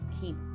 keep